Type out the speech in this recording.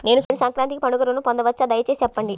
నేను సంక్రాంతికి పండుగ ఋణం పొందవచ్చా? దయచేసి చెప్పండి?